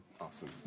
Awesome